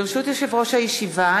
ברשות יושב-ראש הישיבה,